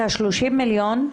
את ה-30 מיליון,